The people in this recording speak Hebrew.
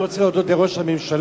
אני רוצה להודות לראש הממשלה,